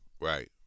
right